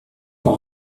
pas